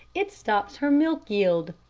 it stops her milk yield.